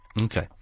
Okay